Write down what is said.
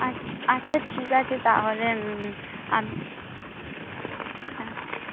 আচ্ছা ঠিক আছে তাহলে আম হ্যাঁ